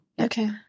Okay